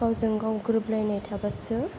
गावजों गाव गोरोबलायनाय थाब्लासो